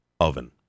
oven